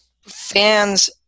Fans